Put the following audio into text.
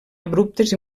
abruptes